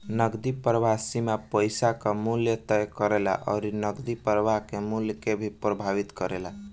नगदी प्रवाह सीमा पईसा कअ मूल्य तय करेला अउरी नगदी प्रवाह के मूल्य के भी प्रभावित करेला